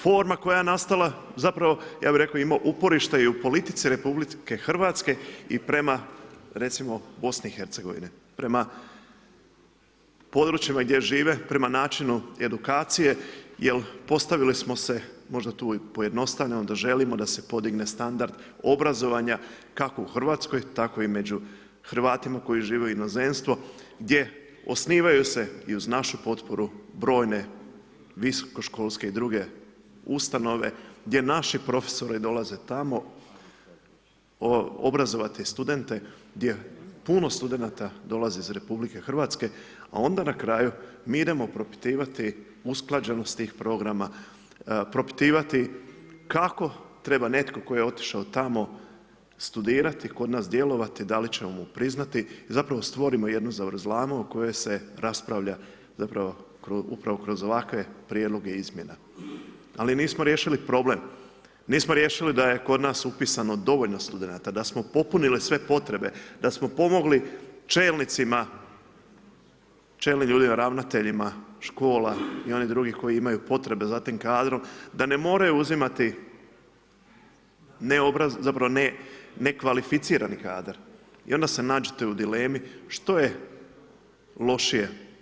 Forma koja je nastala, zapravo ja bi rekao ima uporište i u politici RH i prema recimo BiH, prema područjima gdje žive prema načinu edukacije jel postavili smo se možda tu i pojednostavljeno da želimo da se podigne standard obrazovanja kako u Hrvatskoj tako i među Hrvatima koji žive u inozemstvu gdje osnivanju se i uz našu potporu brojne visokoškolske i druge ustanove gdje naši profesori dolaze tamo obrazovati studente gdje puno studenata dolazi iz RH, a onda na kraju mi idemo propitivati usklađenosti tih programa, propitivati kako treba netko tko je otišao tamo studirati, kod nas djelovati, da li ćemo mu priznati i zapravo stvorimo jednu zavrzlamu o kojoj se raspravlja, upravo kroz ovakve prijedloge izmjena, ali nismo riješili problem, nismo riješili da je kod nas upisano dovoljno studenata, da smo popunili sve potrebe, da smo pomogli čelnicima, čelnim ljudima ravnateljima škola i onih drugih koji imaju potrebe za tim kadrom da ne moraju uzimati neobrazovani zapravo ne kvalificirani kadar i onda se nađete u dilemi što je lošije.